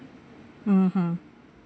mmhmm